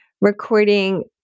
recording